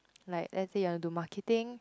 like lets say you want do marketing